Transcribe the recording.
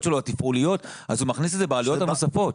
תפעוליות שלו והוא מכניס את זה בעלויות הנוספות.